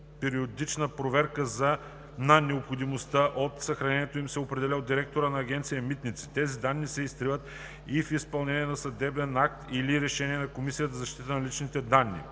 периодична проверка на необходимостта от съхранението им се определят от директора на Агенция „Митници“. Тези данни се изтриват и в изпълнение на съдебен акт или решение на Комисията за защита на личните данни.